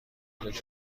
کتلت